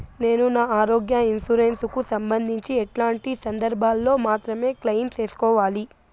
నేను నా ఆరోగ్య ఇన్సూరెన్సు కు సంబంధించి ఎట్లాంటి సందర్భాల్లో మాత్రమే క్లెయిమ్ సేసుకోవాలి?